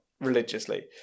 Religiously